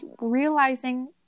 realizing